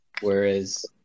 whereas